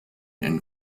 and